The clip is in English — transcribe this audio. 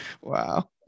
Wow